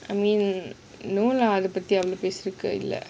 I mean no lah அதுபத்தி ஒன்னும் பேசுறதுக்கு இல்ல:athupatthi onnum peasurathukku illa